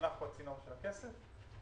אנחנו הצינור של הכסף.